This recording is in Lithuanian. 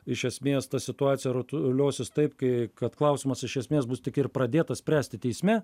iš esmės ta situacija rutuliosis taip kai kad klausimas iš esmės bus tik ir pradėtas spręsti teisme